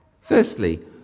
Firstly